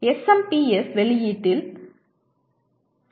SMPS வெளியீட்டில் 0